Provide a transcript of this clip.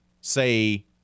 say